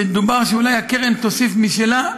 ודובר שאולי הקרן תוסיף משלה.